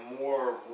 more